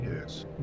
Yes